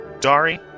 Dari